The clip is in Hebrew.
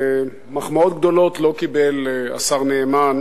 מחמאות גדולות לא קיבל השר נאמן